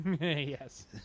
yes